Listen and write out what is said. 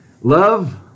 Love